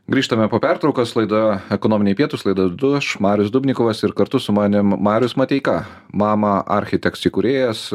grįžtame po pertraukos laidoje ekonominiai pietūs laidą vedu aš marius dubnikovas ir kartu su manim marius mateika mama architeks įkūrėjas